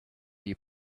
you